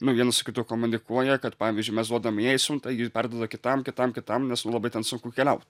nu vienas su kitu komunikuoja kad pavyzdžiui mes duodam jai siuntą ji perduoda kitam kitam kitam nes nu labai ten sunku keliaut